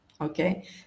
okay